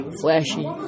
flashy